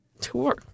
tour